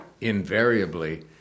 invariably